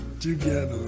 together